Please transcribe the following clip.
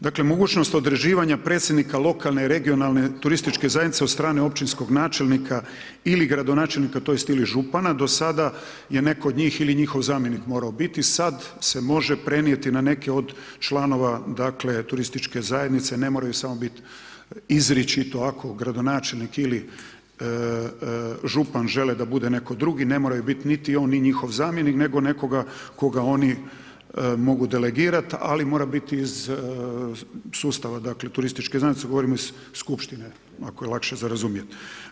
Dakle, mogućnost određivanja predsjednika lokalne i regionalne turističke zajednice od strne općinskog načelnika ili gradonačelnika, tj. ili župana, do sada je netko od njih ili njihov zamjenik morao biti, sada se može prenijeti na neke od članova turističke zajednice, ne moraju samo biti izričito, ako gradonačelnik ili župan žele da bude netko drugi, ne mora biti niti on ni njihov zamjenik, nego nekoga koga oni mogu delegirati, ali mora biti iz sustava turističke zajednice govorim iz skupštine, ako je lakše za razumjeti.